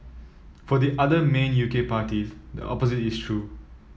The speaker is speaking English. for the other main U K parties the opposite is true